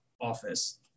office